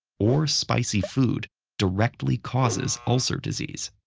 or spicy food directly causes ulcer disease.